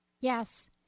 Yes